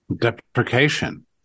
deprecation